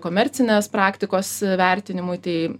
komercinės praktikos vertinimui tai